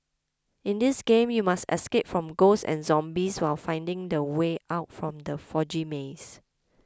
in this game you must escape from ghosts and zombies while finding the way out from the foggy maze